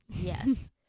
Yes